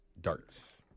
Darts